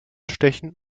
stechen